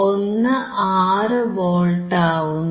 16 volt ആവുന്നു